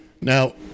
now